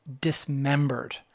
dismembered